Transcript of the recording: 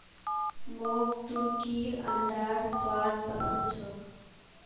मोक तुर्कीर अंडार स्वाद पसंद छोक